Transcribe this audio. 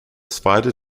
spider